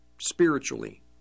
spiritually